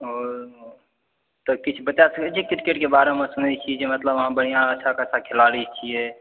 आओर तऽ किछु बता सकै छी क्रिकेटके बारेमे सुनै छी कि अहाँ बढ़िआँ अच्छा खासा खेलाड़ी छियै